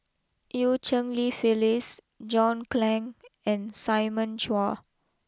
Eu Cheng Li Phyllis John Clang and Simon Chua